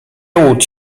łudź